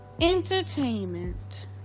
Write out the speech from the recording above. entertainment